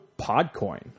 PodCoin